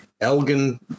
Elgin